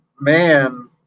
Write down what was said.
Man